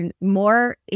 more